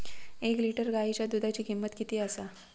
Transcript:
एक लिटर गायीच्या दुधाची किमंत किती आसा?